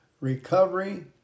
Recovery